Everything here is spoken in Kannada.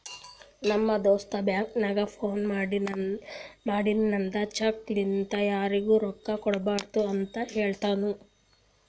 ನಮ್ ದೋಸ್ತ ಬ್ಯಾಂಕ್ಗ ಫೋನ್ ಮಾಡಿ ನಂದ್ ಚೆಕ್ ಲಿಂತಾ ಯಾರಿಗೂ ರೊಕ್ಕಾ ಕೊಡ್ಬ್ಯಾಡ್ರಿ ಅಂತ್ ಹೆಳುನೂ